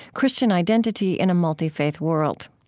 christian identity in a multi-faith world.